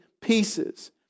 pieces